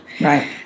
Right